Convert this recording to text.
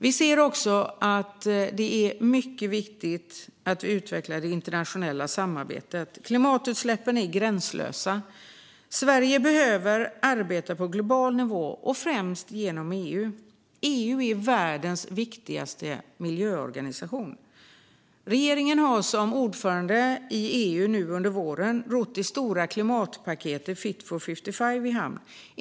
Vi ser också att det är mycket viktigt att utveckla det internationella samarbetet. Klimatutsläppen är gränslösa. Sverige behöver arbeta på global nivå och främst genom EU. EU är världens viktigaste miljöorganisation. Regeringen har som ordförande i EU nu under våren rott det stora klimatpaketet Fit for 55 i hamn.